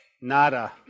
nada